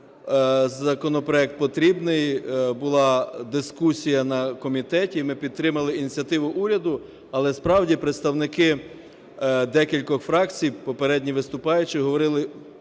законопроект потрібний. Була дискусія на комітеті, і ми підтримали ініціативу уряду. Але, справді, представники декількох фракцій, попередні виступаючі говорили